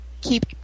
keep